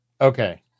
Okay